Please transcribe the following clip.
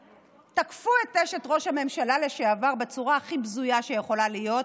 תקפו את אשת ראש הממשלה לשעבר בצורה הכי בזויה שיכולה להיות,